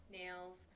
nails